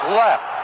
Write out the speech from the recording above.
left